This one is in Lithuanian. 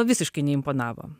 visiškai neimponavo